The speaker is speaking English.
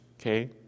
okay